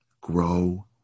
Grow